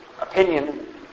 opinion